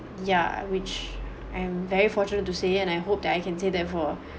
yeah which I'm very fortunate to say and I hope that I can say that for